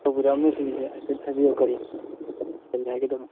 ꯇꯧꯕꯤꯔꯛꯑꯝꯃꯤꯁꯤ ꯍꯥꯏꯐꯦꯠ ꯍꯥꯏꯕꯤꯌꯣ ꯀꯔꯤ ꯀꯔꯤ ꯍꯥꯏꯒꯗꯃꯣ